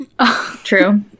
true